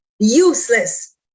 Useless